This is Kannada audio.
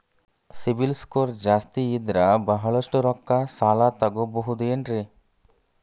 ಸಿಬಿಲ್ ಸ್ಕೋರ್ ಜಾಸ್ತಿ ಇದ್ರ ಬಹಳಷ್ಟು ರೊಕ್ಕ ಸಾಲ ತಗೋಬಹುದು ಏನ್ರಿ?